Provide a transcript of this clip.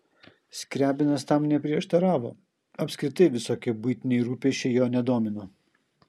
skriabinas tam neprieštaravo apskritai visokie buitiniai rūpesčiai jo nedomino